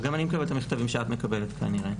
וגם אני מקבל את המכתבים שאת מקבלת כנראה,